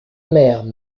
mère